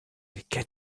get